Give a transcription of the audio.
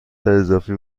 اضافی